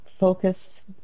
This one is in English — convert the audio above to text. focus